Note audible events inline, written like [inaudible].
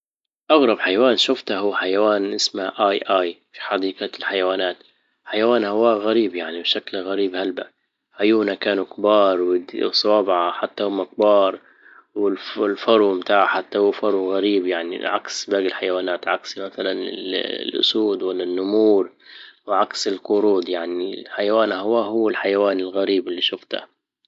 اغرب حيوان شفته هو حيوان اسمه اي اي في حديقة الحيوانات، حيوان هواه غريب يعني بشكل غريب هلبا عيونا كانوا كبار و- وصوابعه حتى هم كبار والفـ- الفرو متاعه حتى هو فرو غريب يعني العكس باجي الحيوانات عكس مثلا الـ- [hesitation] الاسود ولا النمور وعكس القرود يعني الحيوان هو هو الحيوان الغريب اللي شفته